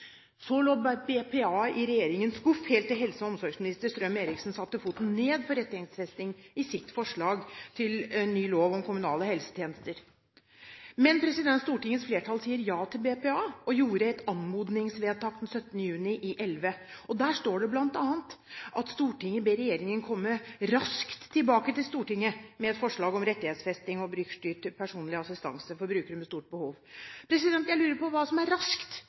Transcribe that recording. Så lå BPA i regjeringens skuff helt til helse- og omsorgsminister Strøm-Erichsen satte foten ned for rettighetsfesting i sitt forslag til ny lov om kommunale helsetjenester. Men Stortingets flertall sier ja til BPA og gjorde et anmodningsvedtak den 17. juni 2011. Der står det bl.a. at Stortinget ber regjeringen komme raskt «tilbake til Stortinget med et forslag om rettighetsfesting av brukerstyrt personlig assistanse for brukere med stort behov». Jeg lurer på hva som er